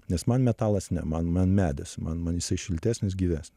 nes man metalas ne man man medis man man jisai šiltesnis gyvesnis